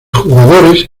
jugadores